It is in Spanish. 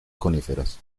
coníferas